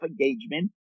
engagement